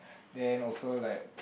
then also like